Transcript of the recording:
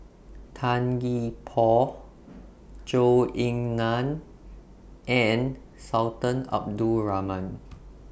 Tan Gee Paw Zhou Ying NAN and Sultan Abdul Rahman